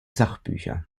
sachbücher